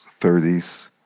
30s